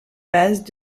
bases